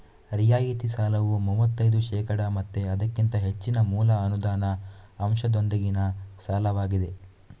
ರಿಯಾಯಿತಿ ಸಾಲವು ಮೂವತ್ತೈದು ಶೇಕಡಾ ಮತ್ತೆ ಅದಕ್ಕಿಂತ ಹೆಚ್ಚಿನ ಮೂಲ ಅನುದಾನ ಅಂಶದೊಂದಿಗಿನ ಸಾಲವಾಗಿದೆ